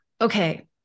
okay